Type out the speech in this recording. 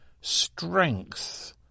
strength